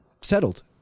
settled